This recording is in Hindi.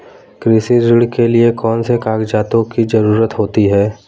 कृषि ऋण के लिऐ कौन से कागजातों की जरूरत होती है?